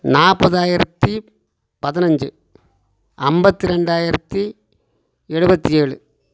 நாற்பதாயிரத்தி பதினைஞ்சி ஐம்பத்தி ரெண்டாயிரத்து எழுவத்தி ஏழு